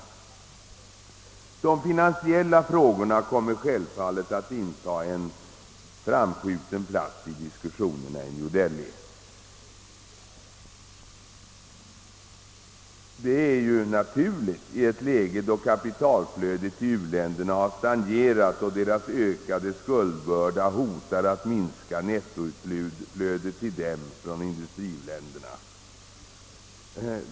De finansiella frågorna kommer självfallet att inta en framskjuten plats i diskussionerna i New Delhi. Det är naturligt i ett läge då kapitalflödet till u-länderna har stagnerat och deras ökade skuldbörda hotar att minska nettoutflödet till dem från industriländerna.